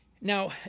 now